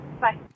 Bye